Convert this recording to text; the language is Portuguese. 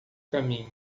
caminho